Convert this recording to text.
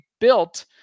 built